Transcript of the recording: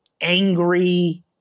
angry